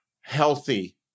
healthy